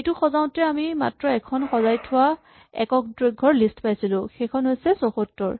এইটো সজাওতে আমি মাত্ৰ এখন সজাই থোৱা একক দৈৰ্ঘ্যৰ লিষ্ট পাইছিলো সেইখন হৈছে ৭৪